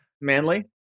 manly